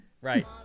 Right